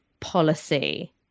policy